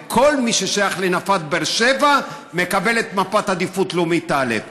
וכל מי ששייך לנפת באר שבע מקבל את מפת עדיפות לאומית א'.